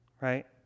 Right